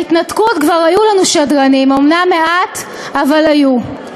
בהתנתקות כבר היו לנו שדרנים, אומנם מעט, אבל היו.